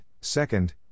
second